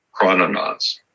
chrononauts